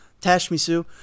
Tashmisu